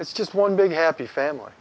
it's just one big happy family